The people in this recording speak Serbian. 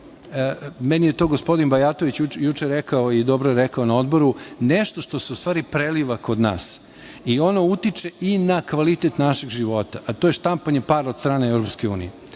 meni je to gospodin Bajatović juče rekao, i dobro je rekao na Odboru, nešto što se u stvari preliva kod nas i ono utiče i na kvalitet našeg života, a to je štampanje para od strane EU.